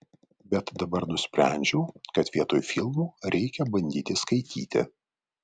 bet dabar nusprendžiau kad vietoj filmų reikia bandyti skaityti